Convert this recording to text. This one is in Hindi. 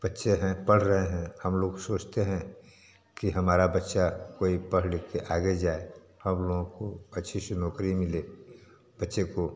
बच्चे हैं पढ़ रहें हैं हम लोग सोचते हैं कि हमारा बच्चा कोई पढ़ लिख के आगे जाए हम लोगों को अच्छी सी नौकरी मिले बच्चे को